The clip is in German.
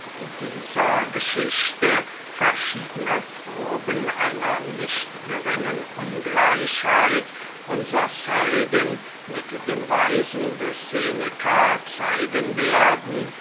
dieser geschichte verschiedne proben einer nicht geringen ungleichheit unsers helden mit dem weisen des seneca zeigen werden